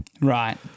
Right